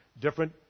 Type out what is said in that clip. different